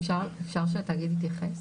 אפשר שהתאגיד יתייחס?